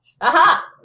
Aha